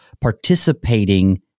participating